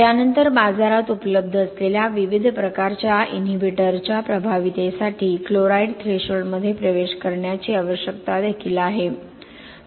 त्यानंतर बाजारात उपलब्ध असलेल्या विविध प्रकारच्या इनहिबिटरच्या प्रभावीतेसाठी क्लोराईड थ्रेशोल्डमध्ये प्रवेश करण्याची आवश्यकता देखील आहे